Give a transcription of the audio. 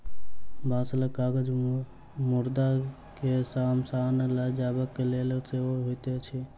बाँसक काज मुर्दा के शमशान ल जयबाक लेल सेहो होइत अछि